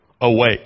Awake